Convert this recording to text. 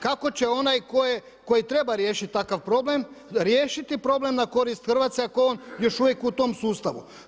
Kako će onaj koji treba riješiti takav problem riješiti problem na korist Hrvatske ako je on još uvijek u tom sustavu.